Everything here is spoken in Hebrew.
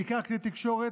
בעיקר כלי תקשורת,